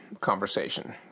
Conversation